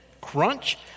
crunch